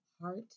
heart